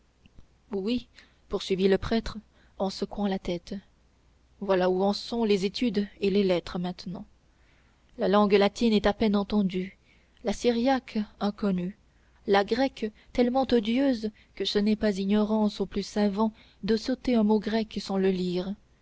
oui poursuivit le prêtre en secouant la tête voilà où en sont les études et les lettres maintenant la langue latine est à peine entendue la syriaque inconnue la grecque tellement odieuse que ce n'est pas ignorance aux plus savants de sauter un mot grec sans le lire